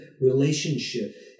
relationship